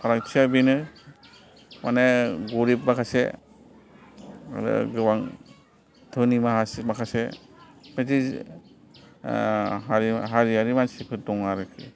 फारागथिया बेनो माने गरिब माखासे आरो गोबां धोनि माखासे बिदि हारियारि मानसिफोर दं आरकि